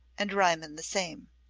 and riemann the same.